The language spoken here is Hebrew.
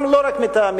גם לא רק מטעמי,